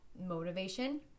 motivation